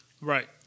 Right